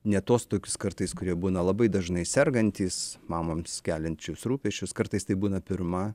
ne tuos tokius kartais kurie būna labai dažnai sergantys mamoms keliančius rūpesčius kartais tai būna pirma